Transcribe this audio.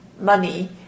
money